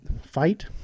fight